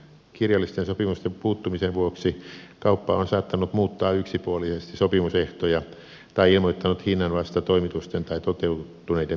kirjallisten sopimusten puuttumisen vuoksi kauppa on saattanut muuttaa yksipuolisesti sopimusehtoja tai ilmoittanut hinnan vasta toimitusten tai toteutuneiden myyntien jälkeen